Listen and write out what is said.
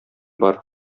бар